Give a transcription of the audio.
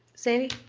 sandy